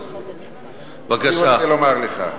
אני רוצה לומר לך,